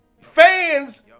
fans